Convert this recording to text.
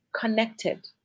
connected